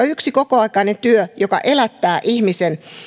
yksi kokoaikainen työ joka elättää ihmisen